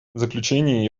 заключение